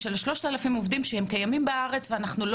יש 3,000 עובדים שהם קיימים בארץ ואנחנו לא